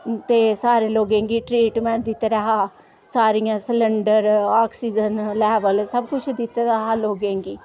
ते सारे लोगे गी ट्रिटंमेट दिते दा हा सारे गी सलैंडर आक्सिजन लेवल सब कुछ दिते दा हा लोगे गी